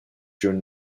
during